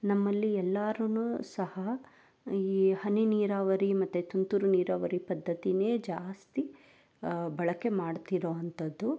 ನಮ್ಮಲ್ಲಿ ಎಲ್ಲರೂ ಸಹ ಈ ಹನಿ ನೀರಾವರಿ ಮತ್ತು ತುಂತುರು ನೀರಾವರಿ ಪದ್ಧತಿನೇ ಜಾಸ್ತಿ ಬಳಕೆ ಮಾಡ್ತಿರೋಂಥದ್ದು